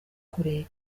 kure